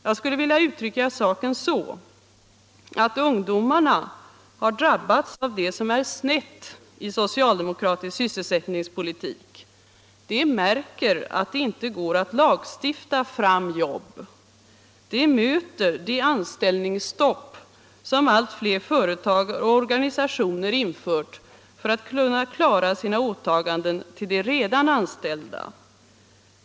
Jag skulle vilja uttrycka saken så, att ungdomarna har drabbats av det som är snett i socialdemokratisk sysselsättningspolitik. De märker att det inte går att lagstifta fram jobb, de möter det anställningsstopp som allt fler företag och organisationer infört för att kunna klara sina åtaganden till de redan anställda.